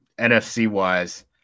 NFC-wise